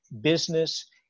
business